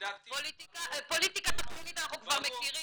פוליטיקה תחמנית אנחנו כבר מכירים,